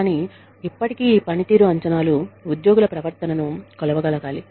కానీ ఇప్పటికీ ఈ పనితీరు అంచనాలు ఉద్యోగుల ప్రవర్తనను కొలవగలగాలి